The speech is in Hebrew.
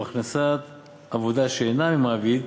הוא הכנסת עבודה שאינה ממעביד,